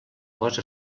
cos